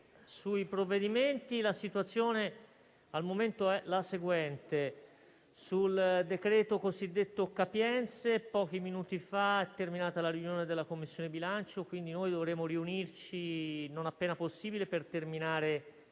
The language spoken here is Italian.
sui provvedimenti la situazione al momento è la seguente: sul decreto cosiddetto capienze, pochi minuti fa è terminata la riunione della Commissione bilancio, quindi dovremo riunirci non appena possibile per terminare i